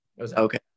okay